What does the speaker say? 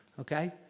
Okay